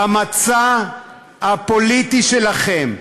במצע הפוליטי שלכם כתוב: